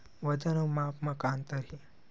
वजन अउ माप म का अंतर हे?